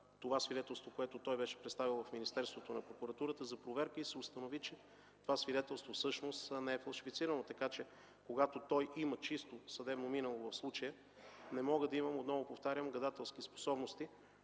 това свидетелство, което беше представил в министерството, на прокуратурата за проверка и се установи, че това свидетелство не е фалшифицирано. Дали той има чисто съдебно минало, не мога да имам, отново повтарям, гадателски способности